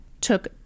took